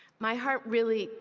my heart really,